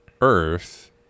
Earth